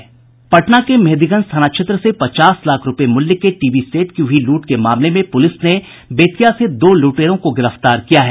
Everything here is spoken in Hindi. पटना में मेंहदीगंज थाना क्षेत्र से पचास लाख रूपये मूल्य के टीवी सेट की हुई लूट के मामले में पुलिस ने बेतिया से दो लूटेरों को गिरफ्तार किया है